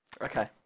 Okay